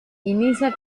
inicia